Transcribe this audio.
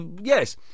Yes